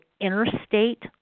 interstate